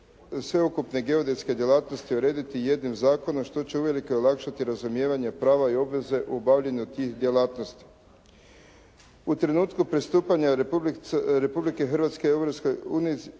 sveukupne geodetske djelatnosti odrediti jednim zakonom što će uvelike olakšati razumijevanje prava i obveza u obavljanju tih djelatnosti. U trenutku pristupanja Republike Hrvatske